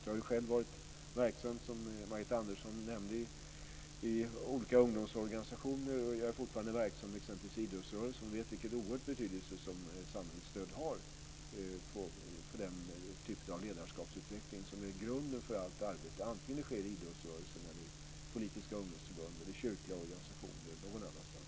Jag har själv varit verksam - som Margareta Andersson nämnde - i olika ungdomsorganisationer, och jag är fortfarande verksam i idrottsrörelsen. Jag vet vilken oerhörd betydelse samhällets stöd har för den typen av ledarskapsutveckling som är grunden för allt arbete, vare sig det sker i idrottsrörelsen, i politiska ungdomsförbund, i kyrkliga organisationer eller i någon annan organisation.